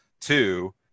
Two